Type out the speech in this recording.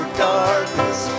darkness